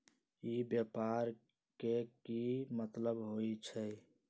ई व्यापार के की मतलब होई छई?